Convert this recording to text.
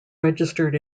registered